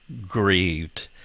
grieved